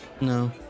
No